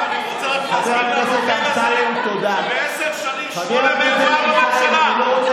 למה אותם אתה לא קורא לסדר?